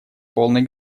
полной